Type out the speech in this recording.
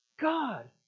God